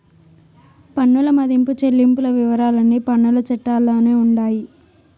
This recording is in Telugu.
పన్నుల మదింపు చెల్లింపుల వివరాలన్నీ పన్నుల చట్టాల్లోనే ఉండాయి